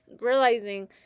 realizing